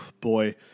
boy